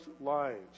lives